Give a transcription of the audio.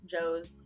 Joe's